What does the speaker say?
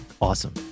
Awesome